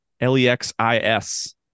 l-e-x-i-s